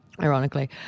ironically